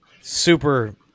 super